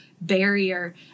barrier